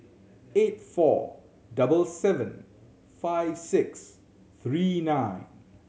eight four double seven five six three nine